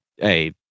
Hey